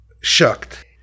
shocked